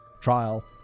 Trial